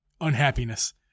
unhappiness